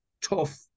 tough